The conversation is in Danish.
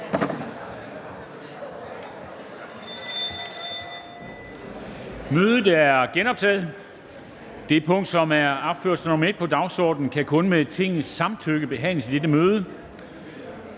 Kristensen): Det punkt, som er opført som nr. 1 på dagsordenen, kan kun med Tingets samtykke behandles i dette møde